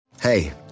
Hey